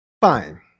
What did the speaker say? Fine